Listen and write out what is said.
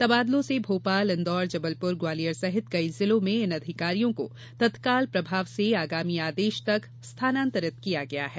तबादलों से भोपाल इंदौर जबलपुर ग्वालियर सहित कई जिलों में इन अधिकारियों को तत्काल प्रभाव से आगामी आदेश तक स्थानांतरित किया गया है